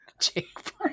Jake